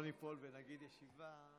מהמקום הזה ראיתי את הפרעות שהיו פה, לא פחות מזה,